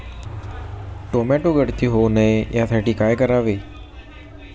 Tomato गळती होऊ नये यासाठी काय करावे?